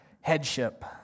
headship